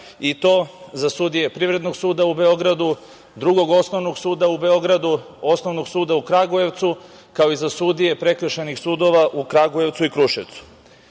i to za sudije Privrednog suda u Beogradu, Drugog osnovnog suda u Beogradu, Osnovnog suda u Kragujevcu, kao i za sudije Prekršajnih sudova u Kragujevcu i Kruševcu. Moram